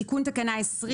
אני מקריאה את תיקון תקנה 20,